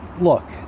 look